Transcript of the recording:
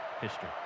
history